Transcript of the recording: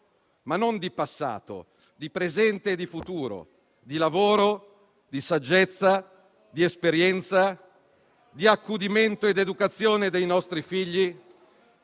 non del passato, ma del presente e del futuro, di lavoro, saggezza, esperienza, accudimento ed educazione dei nostri figli.